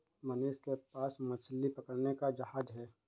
मनीष के पास मछली पकड़ने का जहाज है